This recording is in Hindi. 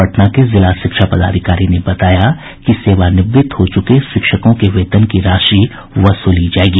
पटना के जिला शिक्षा पदाधिकारी ने बताया कि सेवानिवृत हो चूके शिक्षकों से वेतन की राशि वसूली जायेगी